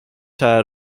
had